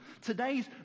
today's